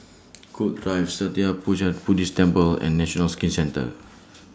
Gul Drive Sattha Puchaniyaram Buddhist Temple and National Skin Centre